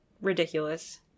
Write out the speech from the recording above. ridiculous